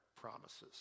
promises